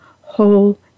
whole